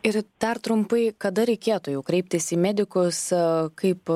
ir dar trumpai kada reikėtų jau kreiptis į medikus kaip